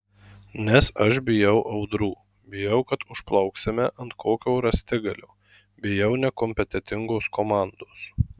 nes aš bijau audrų bijau kad užplauksime ant kokio rąstigalio bijau nekompetentingos komandos